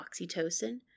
oxytocin